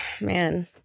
Man